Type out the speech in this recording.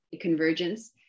convergence